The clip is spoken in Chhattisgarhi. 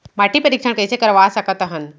माटी परीक्षण कइसे करवा सकत हन?